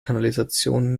kanalisation